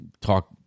talk